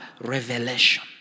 Revelation